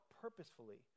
purposefully